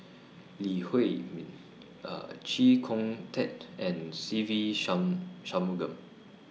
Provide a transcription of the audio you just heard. Lee Huei Min Chee Kong Tet and Se Ve Shanmugam